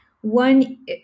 one